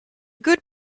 good